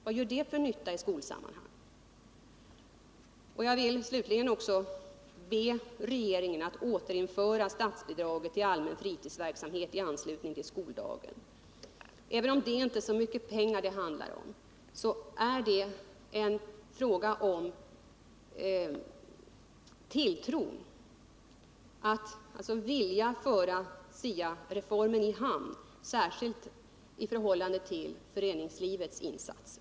Vad gör det för nytta i skolsammanhang? Slutligen vill jag också be regeringen att återinföra statsbidraget till allmän fritidsverksamhet i anslutning till skoldagen. Även om det inte handlar om så mycket pengar, är det fråga om regeringens trovärdighet när det gäller att föra SIA-reformen i hamn — särskilt med tanke på föreningslivets insatser.